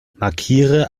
markiere